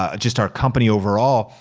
ah just our company overall,